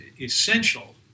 essential